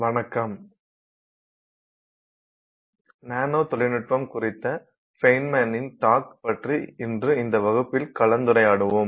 வணக்கம் நானோ தொழில்நுட்பம் குறித்த ஃபெய்ன்மேனின் டாக் பற்றி இன்று இந்த வகுப்பில் கலந்துரையாடுவோம்